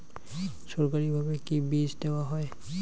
সরকারিভাবে কি বীজ দেওয়া হয়?